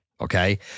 Okay